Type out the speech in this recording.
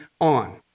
on